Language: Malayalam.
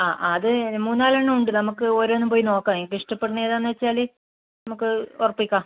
ആ ആ അത് മൂന്ന് നാലെണ്ണം ഉണ്ട് നമുക്ക് ഒരെണം പോയി നോക്കാം നിങ്ങൾക്ക് ഇഷ്ടപ്പെടുന്ന ഏതാന്ന് വെച്ചാല് നമുക്ക് ഉറപ്പിക്കാം